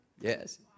Yes